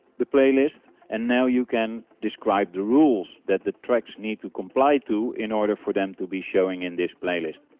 the playlist and now you can describe the rules that the tracks need to comply to in order for them to be showing in this playlist.